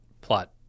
plot